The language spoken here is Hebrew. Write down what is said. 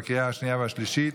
לקריאה השנייה והשלישית.